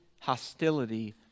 hostility